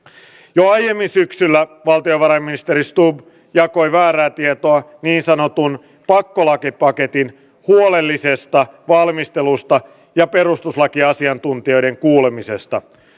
jo aiemmin syksyllä valtiovarainministeri stubb jakoi väärää tietoa niin sanotun pakkolakipaketin huolellisesta valmistelusta ja perustuslakiasiantuntijoiden kuulemisesta